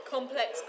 Complex